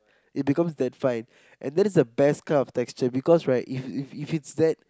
it becomes that fine and then it's the best kind of texture because right if if if it's that